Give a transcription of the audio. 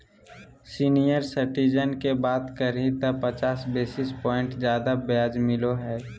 senior citizen के बात करही त पचास बेसिस प्वाइंट ज्यादा ब्याज मिलो हइ